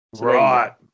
Right